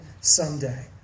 someday